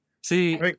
See